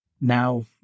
Now